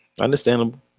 Understandable